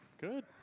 Good